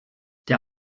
der